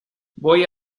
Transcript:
voy